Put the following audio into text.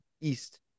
East